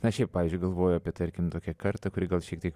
na šiap pavyzdžiui galvoju apie tarkim tokią kartą kuri gal šiek tiek